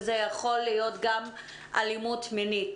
זו יכולה להיות גם אלימות מינית.